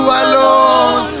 alone